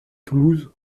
toulouse